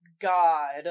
God